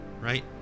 right